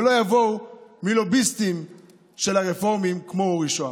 ולא יבוא מלוביסטים של הרפורמים כמו אורי שוהם.